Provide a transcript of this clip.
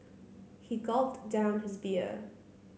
he gulped down his beer